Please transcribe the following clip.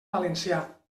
valencià